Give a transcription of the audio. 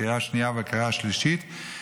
לקריאה השנייה והקריאה השלישית,